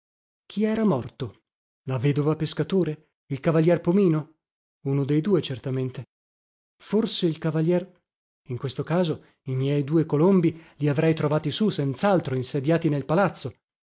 chi era morto la vedova pescatore il cavalier pomino uno dei due certamente forse il cavaliere in questo caso i miei due colombi li avrei trovati sù senzaltro insediati nel palazzo